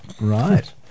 Right